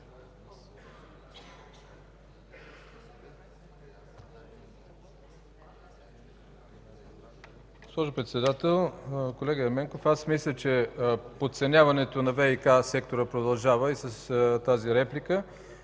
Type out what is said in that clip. Госпожо председател, колега Ерменков! Мисля, че подценяването на ВиК-сектора продължава и с тази реплика.